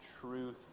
truth